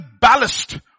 ballast